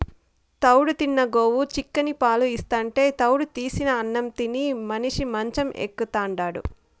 తౌడు తిన్న గోవు చిక్కని పాలు ఇస్తాంటే తౌడు తీసిన అన్నం తిని మనిషి మంచం ఎక్కుతాండాడు